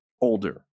older